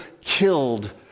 killed